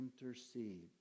intercede